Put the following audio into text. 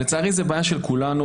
לצערי, זה בעיה של כולנו.